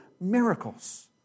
miracles